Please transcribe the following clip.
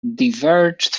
diverged